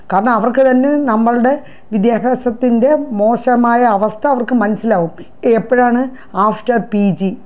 കാരണം അവർക്ക് തന്നെ നമ്മളുടെ വിദ്യാഭ്യാസത്തിൻ്റെ മോശമായ അവസ്ഥ അവർക്ക് മനസ്സിലാവും എപ്പോഴാണ് ആഫ്റ്റർ പി ജി